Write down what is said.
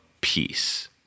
peace